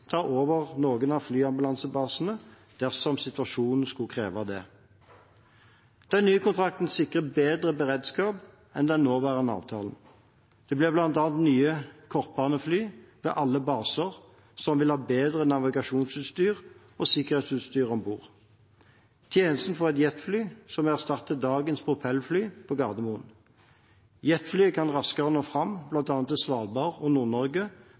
ta over noen av flyambulansebasene dersom situasjonen skulle kreve det. Den nye kontrakten sikrer bedre beredskap enn den nåværende avtalen. Det blir bl.a. nye kortbanefly ved alle baser som vil ha bedre navigasjonsutstyr og sikkerhetsutstyr om bord. Tjenesten får et jetfly, som erstatter dagens propellfly, på Gardermoen. Jetfly kan raskere nå fram, bl.a. til Svalbard og